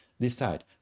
decide